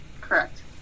Correct